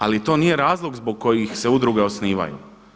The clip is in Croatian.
Ali to nije razlog zbog kojih se udruge osnivaju.